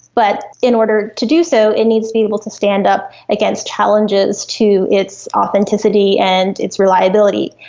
but in order to do so it needs to be able to stand up against challenges to its authenticity and its reliability.